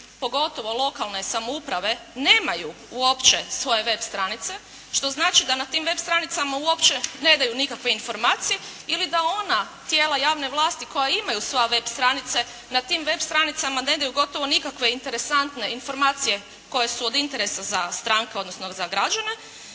pogotovo lokalne samouprave nemaju uopće svoje web stranice, što znači da na tim web stranicama uopće ne daju nikakve informacije, ili da ona tijela javne vlasti koja imaju svoje web stranice na tim web stranicama ne daju gotovo nikakve interesantne informacije koje su od interesa za stranke, odnosno za građane,